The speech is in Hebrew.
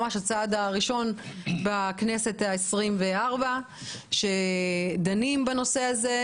ממש הצעד הראשון בכנסת ה-24 שדנים בנושא הזה,